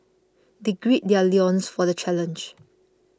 they gird their loins for the challenge